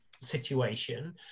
situation